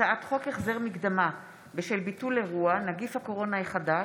הצעת חוק החזר מקדמה בשל ביטול אירוע (נגיף הקורונה החדש),